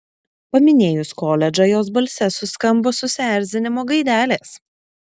paminėjus koledžą jos balse suskambo susierzinimo gaidelės